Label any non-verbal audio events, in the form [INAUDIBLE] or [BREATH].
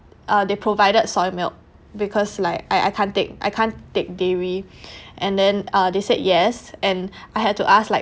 uh they provided soy milk because like I I can't take I can't take dairy [BREATH] and then uh they said yes and [BREATH] I had to ask like